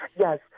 Yes